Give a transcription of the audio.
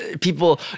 People